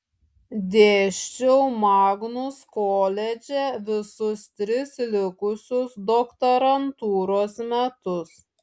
dėsčiau magnus koledže visus tris likusius doktorantūros metus